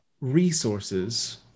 resources